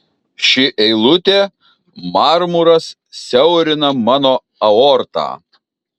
ši eilutė marmuras siaurina mano aortą